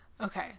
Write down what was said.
Okay